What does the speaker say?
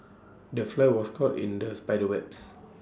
the fly was caught in the spider's webs